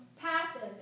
passive